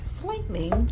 slightly